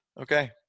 Okay